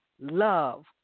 love